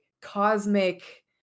cosmic